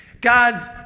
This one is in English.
God's